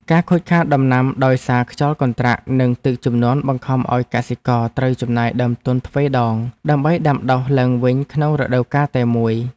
ការខូចខាតដំណាំដោយសារខ្យល់កន្ត្រាក់និងទឹកជំនន់បង្ខំឱ្យកសិករត្រូវចំណាយដើមទុនទ្វេដង ដើម្បីដាំដុះឡើងវិញក្នុងរដូវកាលតែមួយ។